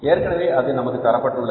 ஏற்கனவே அது நமக்கு தரப்பட்டுள்ளது